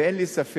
אין לי ספק